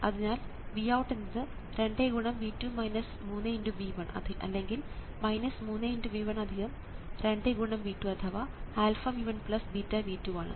അതിനാൽ Vout എന്നത് 2×V2 3×V1അല്ലെങ്കിൽ 3×V1 2×V2 അഥവാ αV1 βV2 ആണ്